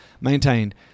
maintained